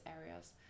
areas